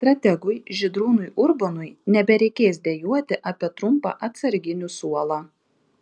strategui žydrūnui urbonui nebereikės dejuoti apie trumpą atsarginių suolą